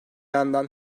yandan